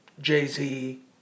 Jay-Z